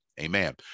Amen